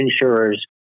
insurers